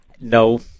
No